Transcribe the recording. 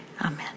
Amen